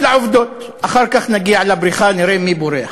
לעובדות, אחר כך נגיע לבריחה, נראה מי בורח.